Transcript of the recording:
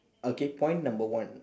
okay point number one